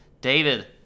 David